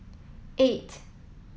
eight